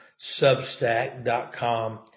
Substack.com